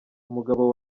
umugabo